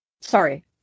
Sorry